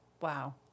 Wow